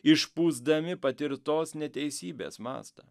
išpūsdami patirtos neteisybės mastą